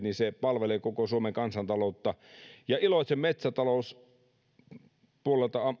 niin se palvelee koko suomen kansantaloutta iloitsen metsätalouspuolelta